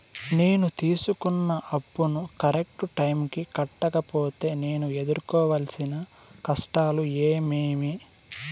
నేను తీసుకున్న అప్పును కరెక్టు టైముకి కట్టకపోతే నేను ఎదురుకోవాల్సిన కష్టాలు ఏమీమి?